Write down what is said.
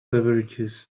beverages